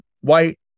White